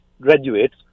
graduates